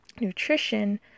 nutrition